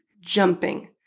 jumping